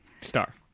Star